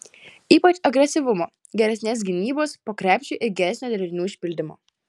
ypač agresyvumo geresnės gynybos po krepšiu ir geresnio derinių išpildymo